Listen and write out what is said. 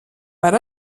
per